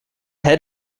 head